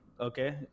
okay